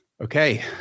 Okay